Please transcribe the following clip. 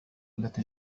التي